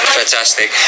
fantastic